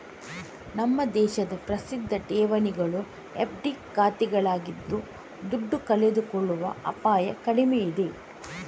ನಮ್ಮ ದೇಶದ ಪ್ರಸಿದ್ಧ ಠೇವಣಿಗಳು ಎಫ್.ಡಿ ಖಾತೆಗಳಾಗಿದ್ದು ದುಡ್ಡು ಕಳೆದುಕೊಳ್ಳುವ ಅಪಾಯ ಕಡಿಮೆ ಇದೆ